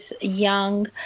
young